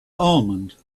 almond